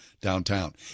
downtown